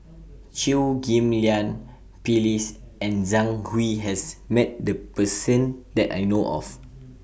Chew Ghim Lian Phyllis and Zhang Hui has Met The Person that I know of